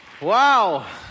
Wow